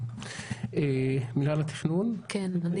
מינהל התכנון, בבקשה.